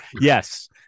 Yes